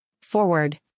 Forward